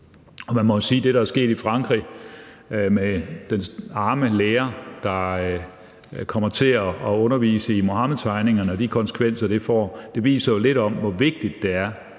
det, der er sket i Frankrig, med den arme lærer, der kommer til at undervise i Muhammedtegningerne, og de konsekvenser, det får, viser lidt om, hvor vigtigt det er,